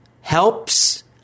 Helps